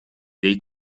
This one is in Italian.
dei